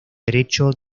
derecho